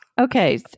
Okay